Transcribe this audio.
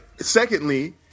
Secondly